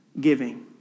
Giving